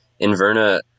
Inverna